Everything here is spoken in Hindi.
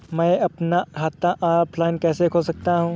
मैं अपना खाता ऑफलाइन कैसे खोल सकता हूँ?